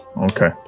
Okay